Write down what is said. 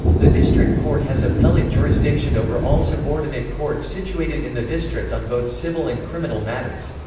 the district court has appellate jurisdiction over all subordinate courts situated in the district on both civil and criminal matters.